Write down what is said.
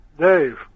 Dave